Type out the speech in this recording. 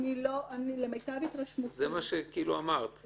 זה מה שאמרת.